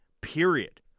period